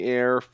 air